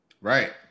right